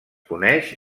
coneix